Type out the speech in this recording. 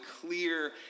clear